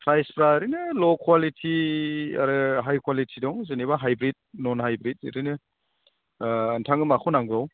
फ्रायसफ्रा ओरैनो ल' कुवालिटि आरो हाइ कुवालिटि दं जेनेबा हाइब्रिद न'न हाइब्रिद बिदिनो नोंथांनो माखौ नांगौ